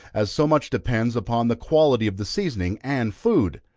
as so much depends upon the quality of the seasoning and food.